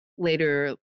Later